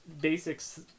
basics